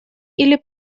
или